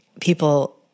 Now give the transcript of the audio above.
people